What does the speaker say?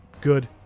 good